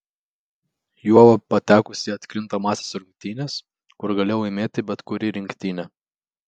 juolab patekus į atkrintamąsias rungtynes kur gali laimėti bet kuri rinktinė